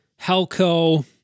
Helco